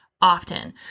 Often